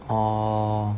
orh